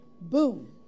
Boom